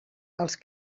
els